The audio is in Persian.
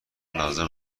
لازم